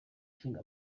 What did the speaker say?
ishinga